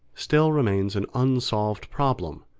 still remains an unsolved problem,